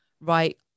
Right